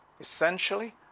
Essentially